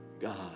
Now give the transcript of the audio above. God